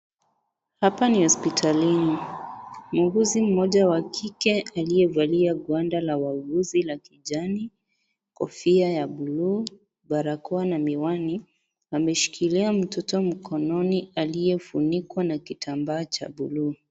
Hapa ni hospitalini, muuguzi mmoja wa kike aliyevalia gwanda la wauguzi la kijani, kofia ya buluu, barakoa na miwani, ameshikilia mtoto mkononi aliyefunikwa na kitambaa cha buluu.